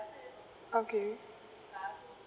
okay